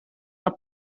haar